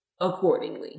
accordingly